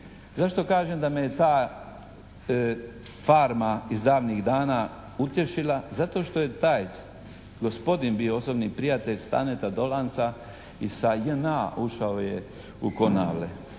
Zašto kažem da me ta farma iz davnih dana utješila? Zato što je taj gospodin bio osobni prijatelj Staneta Dolanca i sa JNA ušao je u Konavle.